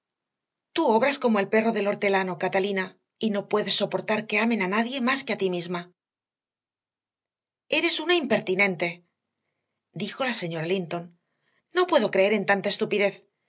tú obras como el perro del hortelano catalina y no puedes soportar que amen a nadie más que a ti misma eres una impertinente dijo la señora linton no puedo creer en tanta estupidez